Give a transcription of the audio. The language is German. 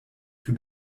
für